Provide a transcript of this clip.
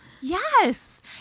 Yes